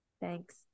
Thanks